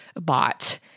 bot